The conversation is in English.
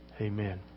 Amen